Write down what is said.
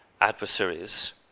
adversaries